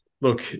Look